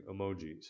emojis